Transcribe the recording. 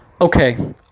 Okay